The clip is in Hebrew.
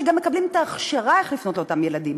שגם מקבלים את ההכשרה איך לפנות לאותם ילדים.